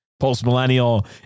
post-millennial